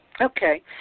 Okay